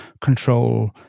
control